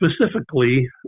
specifically